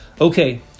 Okay